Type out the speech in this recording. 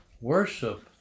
Worship